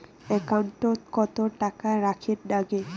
একাউন্টত কত টাকা রাখীর নাগে?